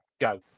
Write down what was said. Go